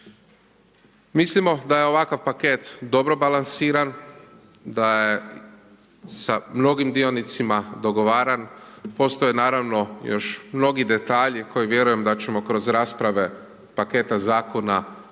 Mislimo da je ovakav paket dobro balansiran, da je sa mnogim dionicima dogovaran, postoje naravno još mnogi detalji koje vjerujem da ćemo kroz rasprave paketa zakona obraditi,